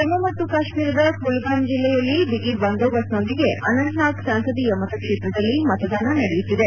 ಜಮ್ಮು ಮತ್ತು ಕಾಶ್ಮೀರದ ಕುಲ್ಗಾಮ್ ಜಿಲ್ಲೆಯಲ್ಲಿ ಬಿಗಿ ಬಂದೋಬಸ್ತ್ನೊಂದಿಗೆ ಅನಂತನಾಗ್ ಸಂಸದೀಯ ಮತಕ್ಷೇತ್ರದಲ್ಲಿ ಮತದಾನ ನಡೆಯುತ್ತಿದೆ